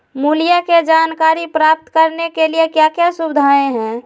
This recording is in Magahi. मूल्य के जानकारी प्राप्त करने के लिए क्या क्या सुविधाएं है?